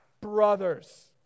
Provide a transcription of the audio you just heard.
brothers